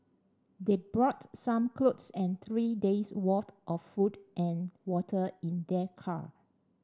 they brought some clothes and three days' worth of food and water in their car